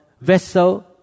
vessel